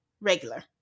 regular